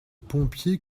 pompier